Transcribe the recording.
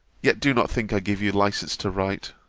yet do not think i give you license to write.